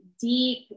deep